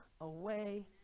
away